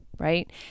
right